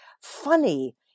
funny